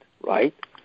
right